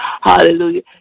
hallelujah